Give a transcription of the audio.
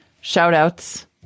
shout-outs